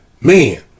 Man